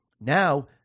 Now